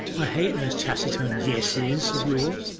i hate those taciturn yesses of yours.